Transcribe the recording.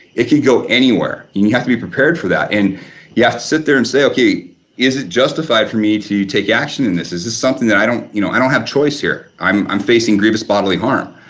it can go anywhere and you have to be prepared for that and you have to sit there and say okay is it justified for me to take action in and this? is this something that i don't you know, i don't have choice here, i'm i'm facing previous bodily harm.